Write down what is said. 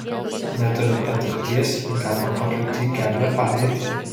neturint patirties galima pakliūti į keblią padėtį